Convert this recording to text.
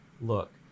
look